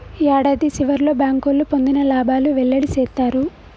యాడాది సివర్లో బ్యాంకోళ్లు పొందిన లాబాలు వెల్లడి సేత్తారు